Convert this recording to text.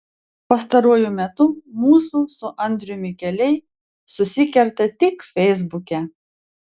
pastaruoju metu mūsų su andriumi keliai susikerta tik feisbuke